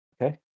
Okay